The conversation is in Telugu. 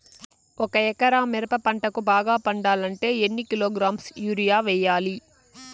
ఒక ఎకరా మిరప పంటకు బాగా పండాలంటే ఎన్ని కిలోగ్రామ్స్ యూరియ వెయ్యాలి?